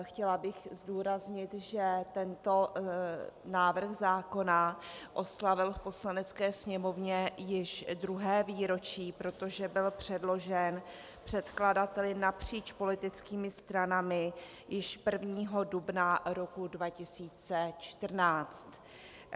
Chtěla bych zdůraznit, že tento návrh zákona oslavil v Poslanecké sněmovně již druhé výročí, protože byl předložen překladateli napříč politickými stranami již 1. dubna roku 2014.